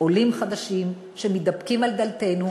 עולים חדשים שמתדפקים על דלתנו,